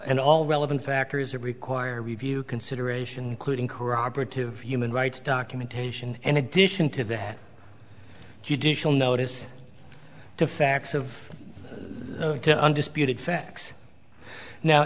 and all relevant factors that require review consideration clued in corroborative human rights documentation in addition to the judicial notice the facts of the undisputed facts now